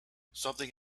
something